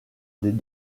des